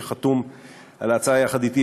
שחתום על ההצעה יחד אתי,